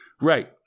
Right